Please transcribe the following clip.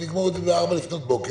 אם נגמור את זה ב-04:00 לפנות בוקר,